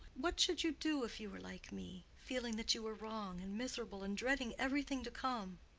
what should you do if you were like me feeling that you were wrong and miserable, and dreading everything to come?